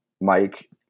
Mike